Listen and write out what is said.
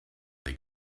they